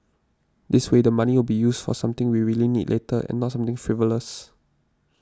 this way the money will be used for something we really need later and not something frivolous